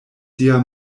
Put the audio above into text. sia